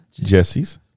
Jesse's